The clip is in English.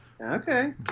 Okay